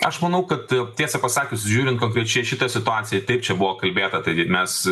aš manau kad tiesą pasakius žiūrint konkrečiai šitą situaciją taip čia buvo kalbėta taigi mes